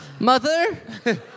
Mother